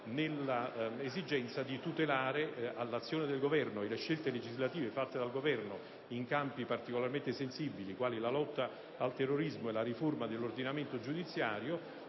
nell'esigenza di tutelare l'azione del Governo e le scelte legislative fatte dallo stesso in campi particolarmente sensibili, quali la lotta al terrorismo e la riforma dell'ordinamento giudiziario,